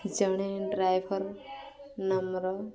ଜଣେ ଡ୍ରାଇଭର ନମ୍ର